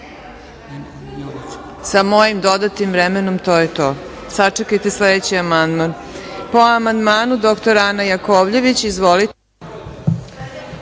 Sa mojim dodatim vremenom, to je to. Sačekajte sledeći amandman. Po amandmanu dr. Ana Jakovljević. Izvolite.